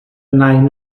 nain